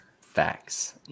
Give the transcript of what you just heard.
Facts